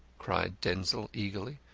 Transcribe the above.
cried denzil, eagerly.